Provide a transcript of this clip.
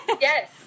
Yes